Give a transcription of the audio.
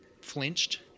flinched